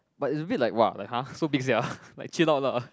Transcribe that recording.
but it's a bit like !wah! like !huh! so big sia like chill out lah